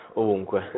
ovunque